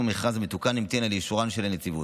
מכרז מתוקן המתינה לאישורה של הנציבות.